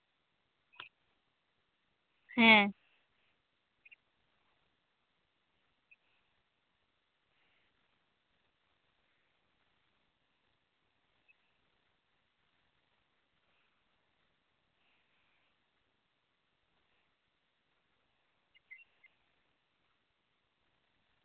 ᱦᱮᱸ